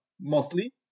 mostly